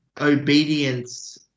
obedience